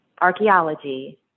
archaeology